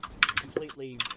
completely